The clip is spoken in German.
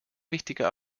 wichtiger